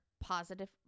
Positive